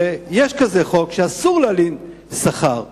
הרי יש כזה חוק שאסור להלין שכר.